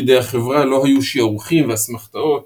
בידי החברה לא היו שערוכים ואסמכתאות